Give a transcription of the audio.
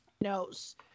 knows